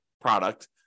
product